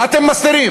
מה אתם מסתירים?